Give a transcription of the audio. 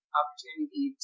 opportunity